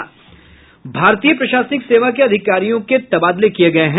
भारतीय प्रशासनिक सेवा के अधिकारियों के भी तबादले किये गये हैं